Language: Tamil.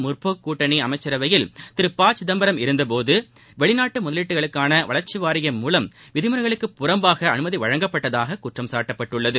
முற்போக்குக் கூட்டணி அமைச்சரவையில் திரு ப சிதம்பரம் காங்கிரஸ் தலைமையிலான ஐக்கிய இருந்தபோது வெளிநாட்டு முதலீடுகளுக்கான வளர்ச்சி வாரியம் மூலம் விதிமுறைகளுக்கு புறம்பாக அனுமதி வழங்கப்பட்டதாக குற்றம் சாட்டப்பட்டுள்ளது